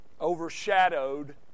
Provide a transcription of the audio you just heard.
overshadowed